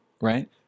Right